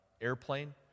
airplane